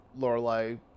Lorelai